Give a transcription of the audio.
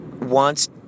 Wants